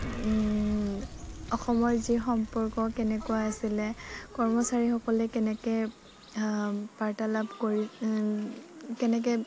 অসমৰ যি সম্পৰ্ক কেনেকুৱা আছিলে কৰ্মচাৰী সকলে কেনেকে বাৰ্তালাপ কৰি কেনেকে